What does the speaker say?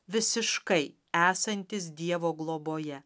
visiškai esantis dievo globoje